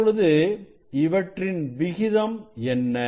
இப்பொழுது இவற்றின் விகிதம் என்ன